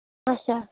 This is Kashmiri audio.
اچھا